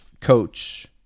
coach